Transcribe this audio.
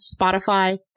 Spotify